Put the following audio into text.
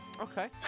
Okay